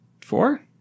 Four